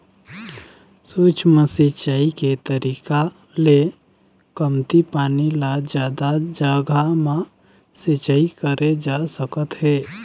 सूक्ष्म सिंचई के तरीका ले कमती पानी ल जादा जघा म सिंचई करे जा सकत हे